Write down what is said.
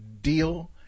deal